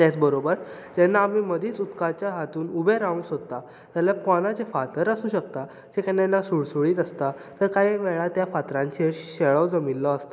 तेच बरोबर जेन्ना आमी मदींच उदकाच्या हातूंत उबे रावूंक सोदतात जेन्ना पोंदां जे फातर आसूंक शकतात ते केन्ना केन्ना सुळसुळीत आसता तर कांय वेळार त्या फातरांचेर शेळो जमिल्लो आसता